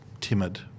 timid